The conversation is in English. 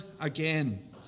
again